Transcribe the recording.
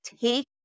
take